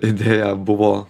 idėja buvo